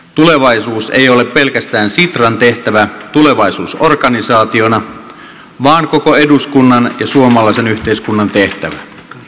tulevaisuus ei ole pelkästään sitran tehtävä tulevaisuusorganisaationa vaan koko eduskunnan ja suomalaisen yhteiskunnan tehtävä